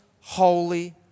holy